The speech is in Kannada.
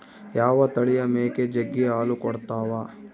ಯಾವ ತಳಿಯ ಮೇಕೆ ಜಗ್ಗಿ ಹಾಲು ಕೊಡ್ತಾವ?